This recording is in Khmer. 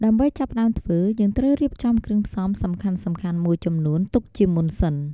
ដើម្បីចាប់ផ្ដើមធ្វើ យើងត្រូវរៀបចំគ្រឿងផ្សំសំខាន់ៗមួយចំនួនទុកជាមុនសិន។